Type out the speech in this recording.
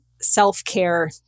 self-care